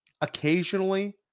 occasionally